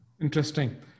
Interesting